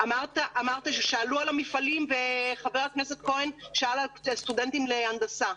אמרת ששאלו על המפעלים וחבר הכנסת כהן שאל על סטודנטים להנדסה.